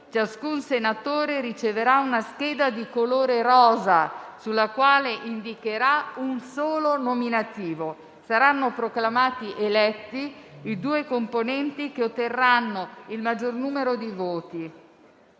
ciascun senatore riceverà una scheda di colore rosa, sulla quale indicherà un solo nominativo. Saranno proclamati eletti i due componenti che otterranno il maggior numero di voti.